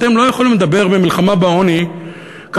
אתם לא יכולים לדבר על מלחמה בעוני כאשר